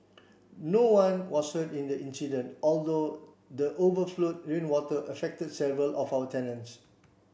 no one was hurt in the incident although the overflowed rainwater affected several of our tenants